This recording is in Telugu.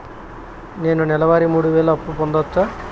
నేను నెల వారి మూడు వేలు అప్పు పొందవచ్చా?